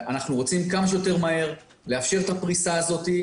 אנחנו רוצים לאפשר כמה שיותר מהר את הפריסה הזאת.